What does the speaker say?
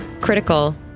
critical